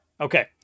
Okay